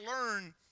learn